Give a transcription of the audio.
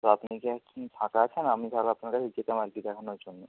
তো আপনি কি ফাঁকা আছেন আমি তাহলে আপনার কাছে যেতাম আর কি দেখানোর জন্য